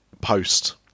post